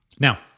Now